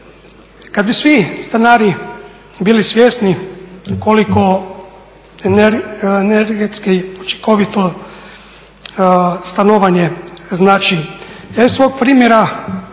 kad bi svi stanari bili svjesni koliko energetski učinkovito stanovanje znači. Ja iz svog primjera